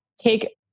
take